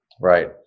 Right